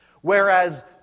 Whereas